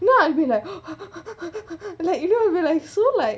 you know I'll be like like I'll be like so like